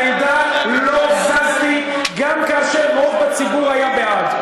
מהעמדה לא זזתי, גם כאשר הרוב בציבור היה בעד.